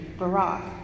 Barak